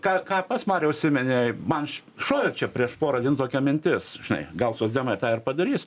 ką ką pas mariau užsimenei man šovė čia prieš pora dienų tokia mintis žinai gal socdemai tą ir padarys